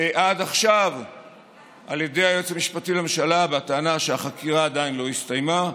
עד עכשיו על ידי היועץ המשפטי לממשלה בטענה שהחקירה עדיין לא הסתיימה,